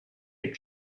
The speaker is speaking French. les